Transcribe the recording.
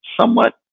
somewhat